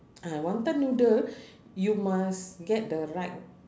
ah wanton noodle you must get the right